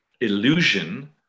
illusion